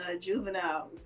Juvenile